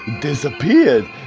disappeared